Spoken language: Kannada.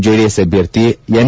ಜೆಡಿಎಸ್ ಅಭ್ಯರ್ಥಿ ಎನ್